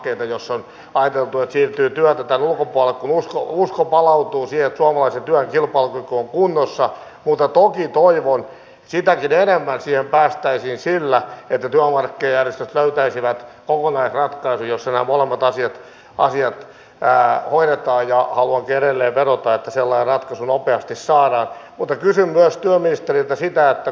tasolla jotakin ääneen sanoo niin tämä vaatimus mutta palautuu ja tuomo jyrki valta ja kunnossa nopeutuu ja toivon siitä kiteellä ja päästäisiin sillä että lomamökkejä isot välttäisivät on sydämen asia monen muun asian päähuippua ja haavoitti edelleen vedota että sellainen nopeasti saadaan kuten kysyn väistyvä ministeriötä rinnalla